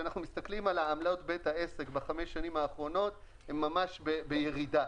כשאנחנו מסתכלים על עמלות בית העסק בחמש השנים האחרונות הן ממש בירידה.